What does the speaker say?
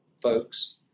folks